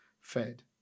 fed